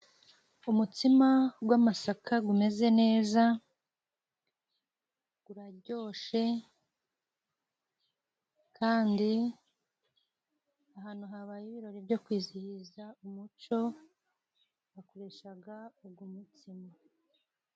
Umutsima gw'amasaka gumeze neza, gurajyoshe kandi ahantu habaye ibirori byo kwizihiza umuco bakoreshaga ugo mutsima.